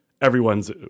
everyone's